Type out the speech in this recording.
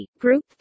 Group